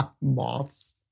Moths